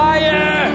Fire